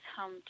home